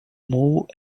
move